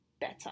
better